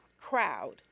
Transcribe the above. crowd